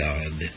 God